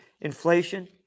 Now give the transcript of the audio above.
inflation